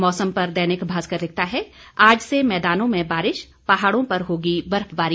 मौसम पर दैनिक भास्कर लिखता है आज से मैदानों में बारिश पहाड़ों पर होगी बर्फबारी